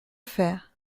faire